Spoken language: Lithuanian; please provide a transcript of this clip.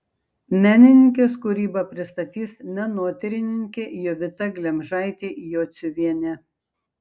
menininkės kūrybą pristatys menotyrininkė jovita glemžaitė jociuvienė